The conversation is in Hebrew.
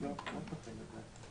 בבקשה.